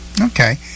Okay